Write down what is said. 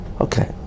okay